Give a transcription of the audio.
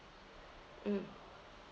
mm